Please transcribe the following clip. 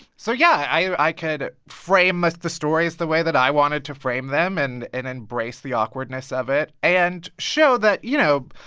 so yeah, i could frame the stories the way that i wanted to frame them, and and embrace the awkwardness of it and show that, you know,